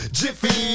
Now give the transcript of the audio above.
jiffy